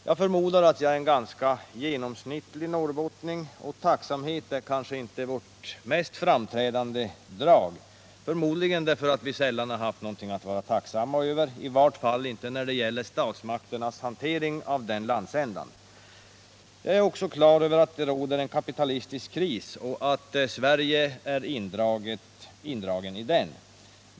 Jag förmodar att jag är en ganska genomsnittlig norrbottning, och tacksamhet är kanske inte vårt mest framträdande drag, förmodligen därför att vi sällan haft någonting att vara tacksamma över, i varje fall inte när det gäller statsmakternas hantering av den landsändan. Jag är också på det klara med att det råder en kapitalistisk kris och att Sverige är indraget i den.